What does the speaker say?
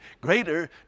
greater